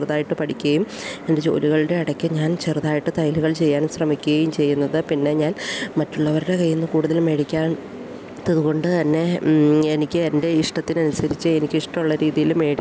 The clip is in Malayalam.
ചെറുതായിട്ട് പഠിക്കേം എൻ്റെ ജോലികളുടെ ഇടയ്ക്ക് ഞാൻ ചെറുതായിട്ട് തയ്യലുകൾ ചെയ്യാൻ ശ്രമിക്കുകേം ചെയ്യുന്നത് പിന്നെ ഞാൻ മറ്റുള്ളവരുടെ കയ്യിന്ന് കൂടുതൽ മേടിക്കാൻ ത്തത് കൊണ്ട് തന്നെ എനിക്ക് എൻ്റെ ഇഷ്ടത്തിന് അനുസരിച്ച് എനിക്ക് ഇഷ്ടമുള്ള രീതിയിൽ മേടിക്കെ